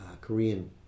Korean